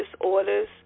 disorders